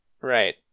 Right